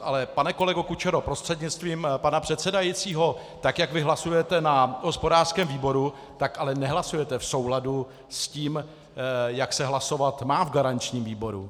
Ale pane kolego Kučero, prostřednictvím pana předsedajícího, tak jak vy hlasujete na hospodářském výboru, tak ale nehlasujete v souladu s tím, jak se hlasovat má v garančním výboru.